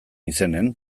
izenean